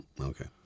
Okay